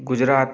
Gujarat